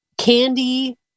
candy